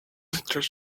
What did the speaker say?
материал